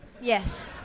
Yes